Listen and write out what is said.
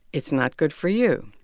it's not good for you.